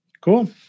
Cool